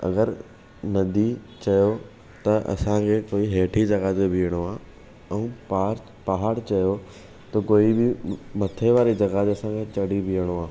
अगरि नदी चयो त असांखे कोई हेठि जॻहि ते बीहणो आहे ऐं पार पहाड़ चयो त कोई बि मथे वारी जॻहि ते असांखे चढ़ी बीहणो आहे